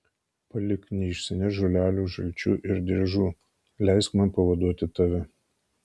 palik neišsinešk žolelių žalčių ir driežų leisk man pavaduoti tave